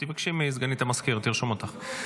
תבקשי מסגנית המזכיר, היא תרשום אותך.